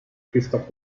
christoph